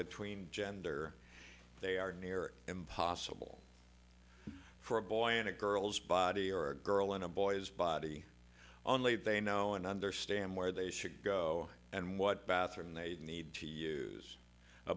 between gender they are near impossible for a boy in a girl's body or girl in a boy's body only they know and understand where they should go and what bathroom they need to use a